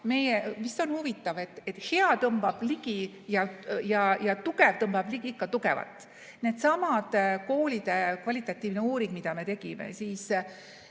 mis on huvitav: hea tõmbab ligi ja tugev tõmbab ligi ikka tugevat. Seesama koolide kvalitatiivne uuring, mida me tegime